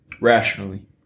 Rationally